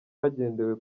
hagendewe